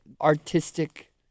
artistic